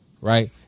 right